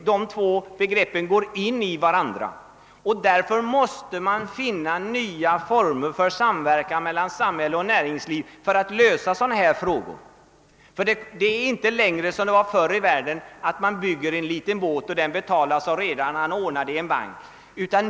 De två begreppen går in i varandra. Man måste alltså finna nya former för samverkan mellan samhälle och näringsliv för att lösa sådana problem. Det är inte längre så, som det var förr i världen, att man bygger en liten båt och den betalas av redaren, som ordnar saken i en bank.